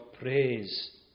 praise